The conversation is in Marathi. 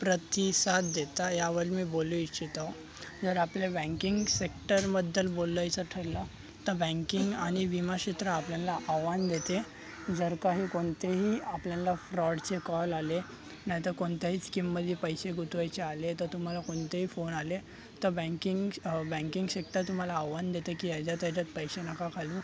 प्रतिसाद देतात यावर मी बोलू इच्छिताे जर आपल्या बँकिंग सेक्टरबद्दल बोलायचं ठरलं तर बँकिंग आणि विमा क्षेत्र आपल्याला आवाहन देते जर का हे कोणतेही आपल्याला फ्रॉडचे कॉल आले नाहीतर कोणत्याही स्कीममध्ये पैसे गुंतवायचे आले तर तुम्हाला कोणतेही फोन आले तर बँकिंग बँकिंग शेक्टल तुम्हाला आवाहन देतं की याच्या त्याच्यात पैसे नका घालू